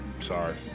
sorry